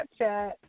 Snapchat